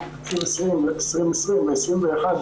דיונים לגבי המגזר